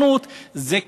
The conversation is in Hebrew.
והצדקנות, זה קיים,